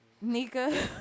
Nika